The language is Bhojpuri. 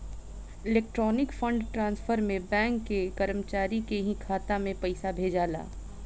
इलेक्ट्रॉनिक फंड ट्रांसफर में बैंक के कर्मचारी के ही खाता में पइसा भेजाला